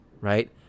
right